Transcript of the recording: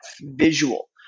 visual